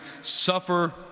suffer